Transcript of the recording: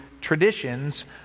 traditions